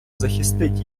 захистить